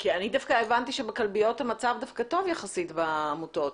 אני דווקא הבנתי שבכלביות המצב דווקא טוב יחסית בעמותות,